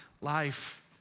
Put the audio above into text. life